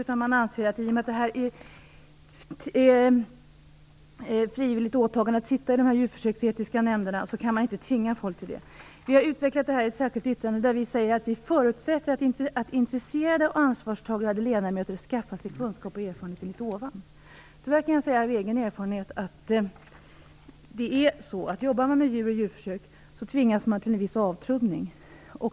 Utskottsmajoriteten anser att man, i och med att det är ett frivilligt åtagande att sitta i dessa djurförsöksetiska nämnderna, inte kan tvinga människor till detta. Vi har utvecklat detta i ett särskilt yttrande, där vi säger att vi förutsätter att intresserade och ansvarstagande ledamöter skaffar sig kunskaper och erfarenhet enligt ovan. Av egen erfarenhet kan jag säga att det tyvärr är på det sättet att om man jobbar med djur och djurförsök tvingas man till en viss avtrubbning.